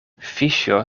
fiŝo